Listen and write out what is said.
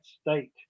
State